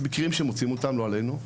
אז יש מקרים בהם מוצאים אותם, לא עלינו,